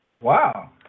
Wow